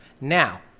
Now